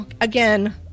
again